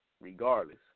regardless